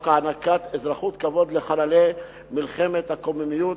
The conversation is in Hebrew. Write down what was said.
הענקת אזרחות כבוד לחללי מלחמת הקוממיות,